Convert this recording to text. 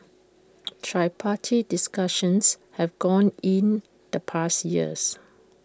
tripartite discussions have gone in the past years